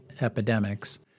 epidemics